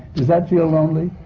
does that feel lonely?